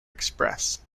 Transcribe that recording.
express